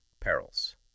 perils